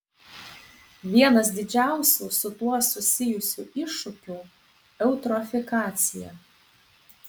vienas didžiausių su tuo susijusių iššūkių eutrofikacija